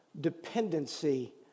dependency